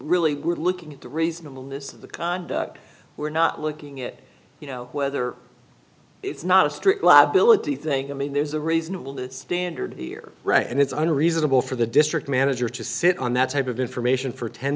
really looking at the reasonableness of the conduct we're not looking at you know whether it's not a strict liability thing i mean there's a reasonable standard here right and it's unreasonable for the district manager to sit on that type of information for ten